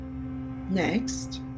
Next